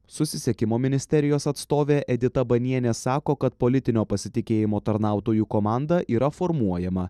susisiekimo ministerijos atstovė edita banienė sako kad politinio pasitikėjimo tarnautojų komanda yra formuojama